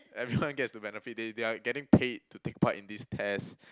everyone gets to benefit they they are getting paid to take part in this test